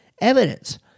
evidence